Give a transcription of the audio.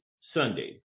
Sunday